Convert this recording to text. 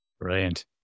Brilliant